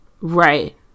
Right